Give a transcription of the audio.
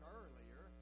earlier